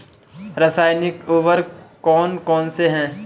रासायनिक उर्वरक कौन कौनसे हैं?